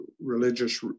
religious